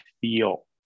feel